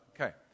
Okay